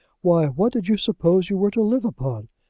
why, what did you suppose you were to live upon?